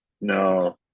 no